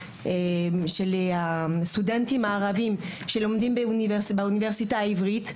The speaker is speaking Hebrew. של הסטודנטים הערבים שלומדים באוניברסיטה העברית.